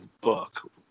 book